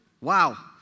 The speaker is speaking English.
Wow